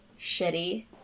shitty